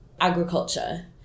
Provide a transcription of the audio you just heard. agriculture